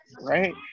right